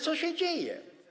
Co się dzieje?